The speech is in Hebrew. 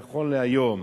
נכון להיום.